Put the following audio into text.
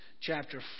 chapter